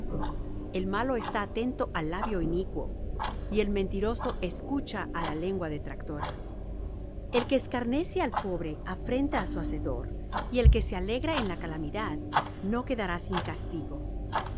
el malo está atento al labio inicuo y el mentiroso escucha á la lengua detractora el que escarnece al pobre afrenta á su hacedor y el que se alegra en la calamidad no quedará sin castigo